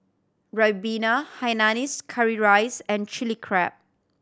ribena hainanese curry rice and Chilli Crab